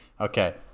Okay